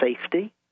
safety